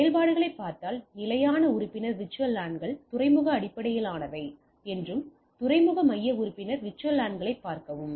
செயல்பாடுகளைப் பார்த்தால் நிலையான உறுப்பினர் VLAN கள் துறைமுக அடிப்படையிலானவை என்றும் துறைமுக மைய உறுப்பினர் VLAN களைப் பார்க்கவும்